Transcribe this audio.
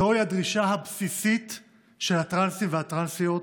זוהי הדרישה הבסיסית של הטרנסים והטרנסיות,